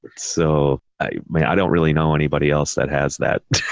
but so i mean, i don't really know anybody else that has that.